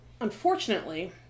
unfortunately